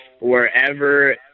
wherever